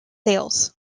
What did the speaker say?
sales